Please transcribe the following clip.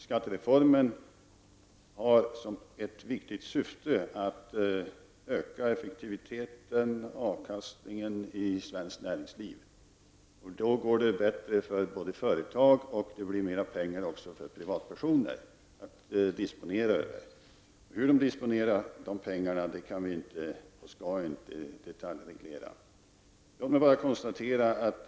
Skattereformen har som ett viktigt syfte att öka effektiviteten och avkastningen i svenskt näringsliv. Då går det bättre för företagen, och det blir mer pengar över att disponera för privatpersoner. Hur dessa pengar disponeras kan vi inte och skall vi inte detaljreglera.